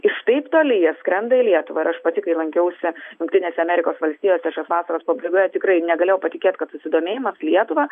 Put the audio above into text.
iš taip toli jie skrenda į lietuvą ir aš pati kai lankiausi jungtinėse amerikos valstijose šios vasaros pabaigoje tikrai negalėjau patikėt kad susidomėjimas lietuva